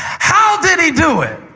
how did he do it?